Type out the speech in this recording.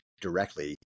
directly